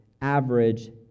average